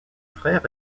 frère